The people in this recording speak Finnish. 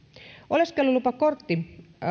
oleskelulupakortti